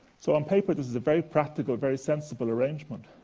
so on paper, this is a very practical, very sensible arrangement.